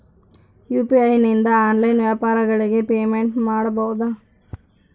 UPI ನಿಂದ online ವ್ಯಾಪಾರಗಳಿಗೆ payment ಮಾಡಬಹುದಾ?